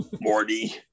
Morty